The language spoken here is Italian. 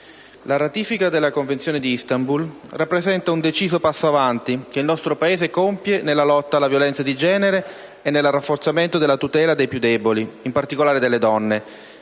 la ratifica della Convenzione di Istanbul rappresenta un deciso passo in avanti che il nostro Paese compie nella lotta alla violenza di genere e nel rafforzamento della tutela dei più deboli, in particolare delle donne,